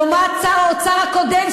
לעומת שר האוצר הקודם,